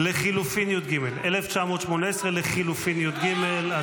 1918 לחלופין י"ג.